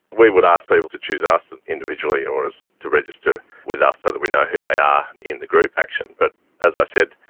we would ask people to choose us and individually or to register with us so that we know who they are in the group action, but as i said,